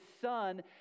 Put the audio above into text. son